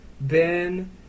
Ben